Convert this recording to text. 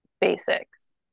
basics